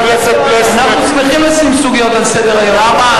אנחנו שמחים לשים סוגיות על סדר-היום.